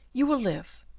you will live,